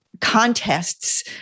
contests